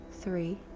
three